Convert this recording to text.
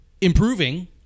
improving